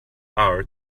hour